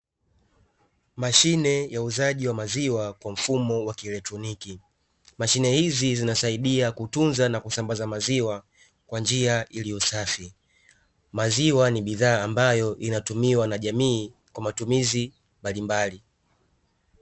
Mashine ya uuzaji wa maziwa kwa mfumo wa kielektroniki. Mashine hizi zinasaidia kutunza na kusambaza maziwa kwa njia iliyo safi. Maziwa ni bidhaa ambayo inatumiwa na jamii kwa matumizi mbalimbali.